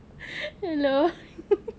hello